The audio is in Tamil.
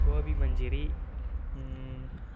கோபிமஞ்சிரி